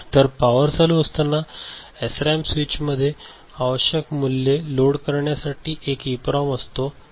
तर पॉवर चालू असताना या एसरॅम स्विचमध्ये आवश्यक मूल्ये लोड करण्यासाठी एक इप्रोम असतो